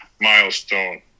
milestone